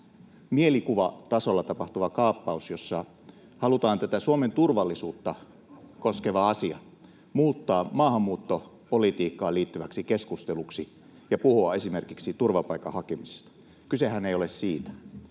mielikuvatason kaappaus, jossa halutaan tätä Suomen turvallisuutta koskevaa asiaa muuttaa maahanmuuttopolitiikkaan liittyväksi keskusteluksi ja puhua esimerkiksi turvapaikan hakemisesta. Kysehän ei ole siitä.